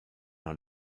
dans